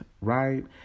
right